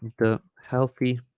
the healthy